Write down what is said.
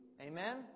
Amen